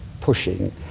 pushing